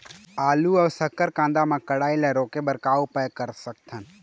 आलू अऊ शक्कर कांदा मा कढ़ाई ला रोके बर का उपाय कर सकथन?